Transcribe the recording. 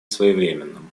своевременным